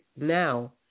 now